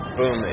boom